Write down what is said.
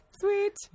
Sweet